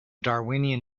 darwinian